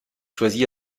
choisi